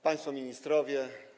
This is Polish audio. Państwo Ministrowie!